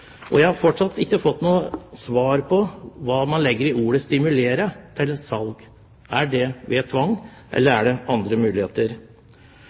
landbruket. Jeg har fremdeles ikke fått noe svar på hva man legger i «stimulere» til salg. Er det ved tvang, eller er det andre muligheter?